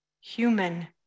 human